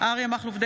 אריה מכלוף דרעי,